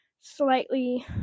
slightly